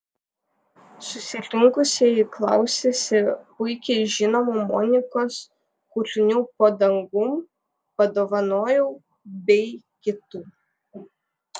susirinkusieji klausėsi puikiai žinomų monikos kūrinių po dangum padovanojau bei kitų